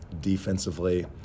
defensively